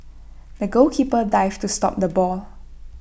the goalkeeper dived to stop the ball